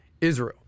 Israel